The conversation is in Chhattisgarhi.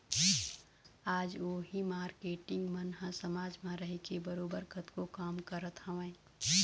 आज उही मारकेटिंग मन ह समाज म रहिके बरोबर कतको काम करत हवँय